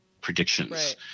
predictions